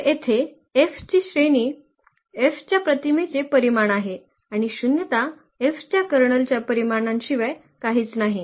तर येथे F ची श्रेणी F च्या प्रतिमेचे परिमाण आहे आणि शून्यता F च्या कर्नलच्या परिमाणांशिवाय काहीच नाही